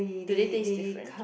do they taste different